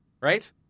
right